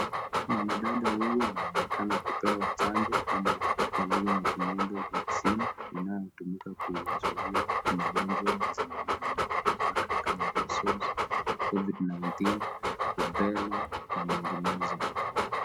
mwanadada huyu anaonekana kupewa chanjo ama kwa lugha ya kimombo vaccine inayotumika kuzuia magonjwa zinazo kama missile, covid 19, rubella na minginezo.